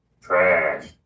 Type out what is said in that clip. trash